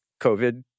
COVID